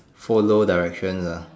follow directions ah